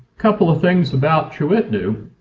couple of things about ch'u'itnu.